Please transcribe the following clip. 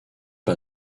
pas